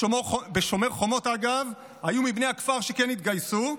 בשומר החומות, אגב, היו מבני הכפר שכן התגייסו,